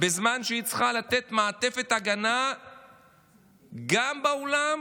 בזמן שהיא צריכה לתת מעטפת הגנה גם בעולם